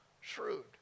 shrewd